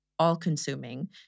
all-consuming